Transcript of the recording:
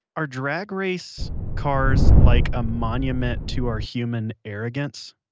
are drag race cars like a monument to our human arrogance?